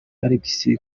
alex